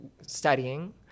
studying